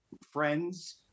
friends